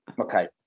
Okay